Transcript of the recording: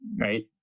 right